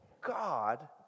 God